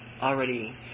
already